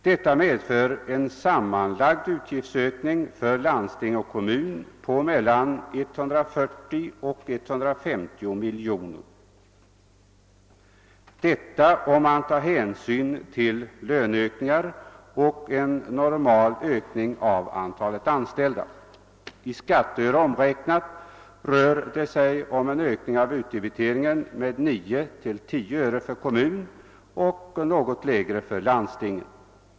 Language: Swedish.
Detta medför en sammanlagd utgiftsökning för landsting och kommuner på mellan 140 och 150 miljoner kronor, detta om man tar hänsyn till löneökningar och en normal ökning av antalet anställda. I skatteören omräknat rör det sig om en ökning av utdebiteringen med 9—10 öre för kommun och något lägre för landstingen.